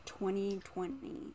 2020